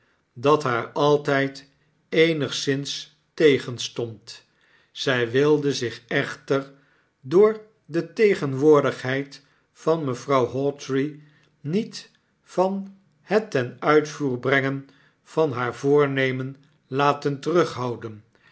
dat haar altyd eenigszins tegenstond zy wilde zich echter door de tegenwoordigheid van mevrouw hawtrey niet van het ten uitvoer brengen van haar voornemen laten terughouden